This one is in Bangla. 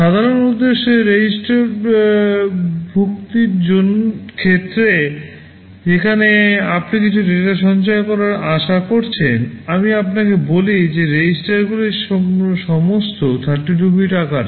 সাধারণ উদ্দেশ্যে REGISTERভুক্তির ক্ষেত্রে যেখানে আপনি কিছু ডেটা সঞ্চয় করার আশা করছেন আমি আপনাকে বলেছি যে REGISTERগুলি সমস্ত 32 bit আকারের